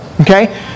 okay